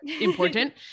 important